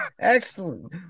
Excellent